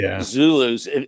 Zulus